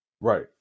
Right